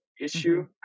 issue